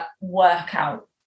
workout